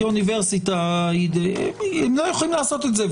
כי אוניברסיטה הם לא יכולים לעשות את זה,